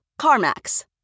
CarMax